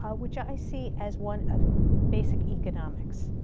ah which i see as one of basic economics.